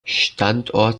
standort